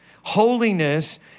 Holiness